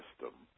system